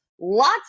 lots